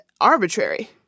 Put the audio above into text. arbitrary